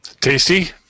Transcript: Tasty